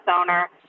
owner –